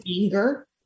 anger